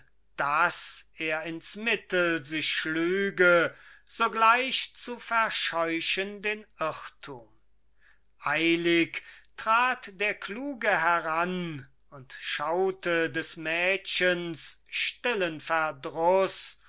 daß er ins mittel sich schlüge sogleich zu verscheuchen den irrtum eilig trat der kluge heran und schaute des mädchens stillen verdruß